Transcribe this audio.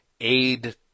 aid